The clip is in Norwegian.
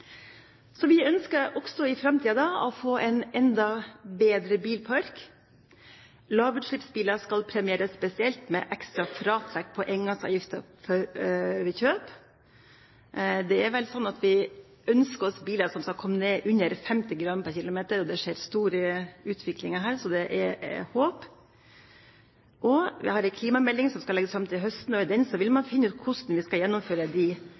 så langt. Men målet er altså at CO2-utslippet fra nye biler skal ned under 120 gram per km innen 2012. Jeg kan jo si at her har mitt personlige bilkjøp bidratt i riktig retning. Vi ønsker også i framtiden å få en enda bedre bilpark. Lavutslippsbiler skal premieres spesielt, med ekstra fratrekk på engangsavgiften ved kjøp. Det er vel slik at vi ønsker oss biler som skal komme ned under 50 gram per km. Det skjer stor utvikling her, så det er håp. Vi har